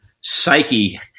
psyche